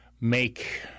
make